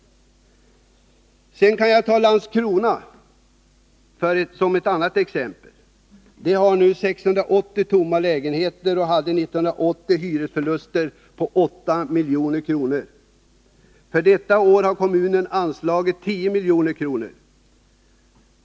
Sedan kan jag ta Landskrona som ett annat exempel. Landskrona har nu ca 680 tomma lägenheter och hade år 1980 hyresförluster på 8 milj.kr. För detta år har kommunen anslagit 10 milj.kr.